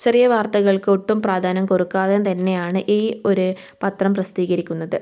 ചെറിയ വാർത്തകൾക്ക് ഒട്ടും പ്രാധാന്യം കുറക്കാതെയും തന്നെയാണ് ഈ ഒരു പത്രം പ്രസിദ്ധീകരിക്കുന്നത്